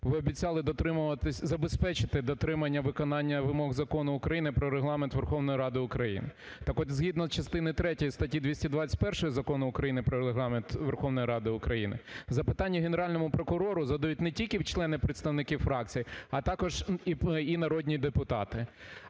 забезпечити дотримання виконання вимог Закону України "Про Регламент Верховної Ради України". Так от згідно частини третьої статті 221 Закону України "Про Регламент Верховної Ради України" запитання Генеральному прокурору задають не тільки члени, представники фракцій, а також і народні депутати.